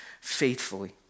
faithfully